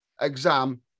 exam